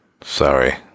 Sorry